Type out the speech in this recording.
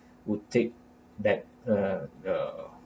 would take back uh the